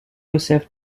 josef